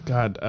God